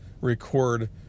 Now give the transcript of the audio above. record